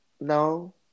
No